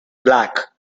black